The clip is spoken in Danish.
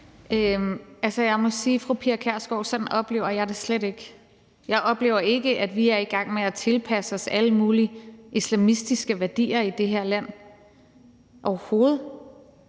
Kjærsgaard, at sådan oplever jeg det slet ikke. Jeg oplever ikke, at vi er i gang med at tilpasse os alle mulige islamistiske værdier i det her land, overhovedet.